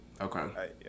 Okay